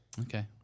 Okay